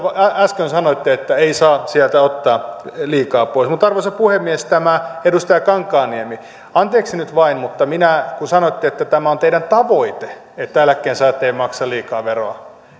äsken sanoitte että ei saa sieltä ottaa liikaa pois mutta arvoisa puhemies edustaja kankaanniemi anteeksi nyt vain mutta kun sanoitte että tämä on teidän tavoitteenne että eläkkeensaajat eivät maksa liikaa veroa